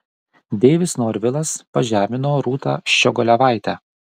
deivis norvilas pažemino rūtą ščiogolevaitę